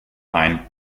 ein